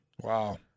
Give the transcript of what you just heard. Wow